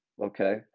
okay